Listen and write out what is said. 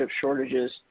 shortages